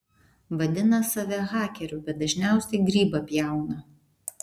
vadina save hakeriu bet dažniausiai grybą pjauna